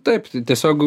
taip tiesiog